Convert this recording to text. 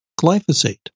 glyphosate